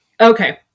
okay